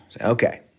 Okay